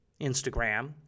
Instagram